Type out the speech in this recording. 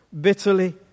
bitterly